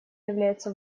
является